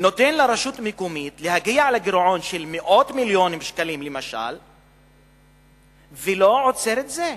נותן לרשות מקומית להגיע לגירעון של מאות מיליוני שקלים ולא עוצר את זה?